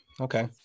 Okay